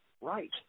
right